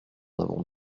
avons